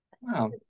Wow